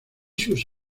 sus